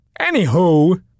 Anywho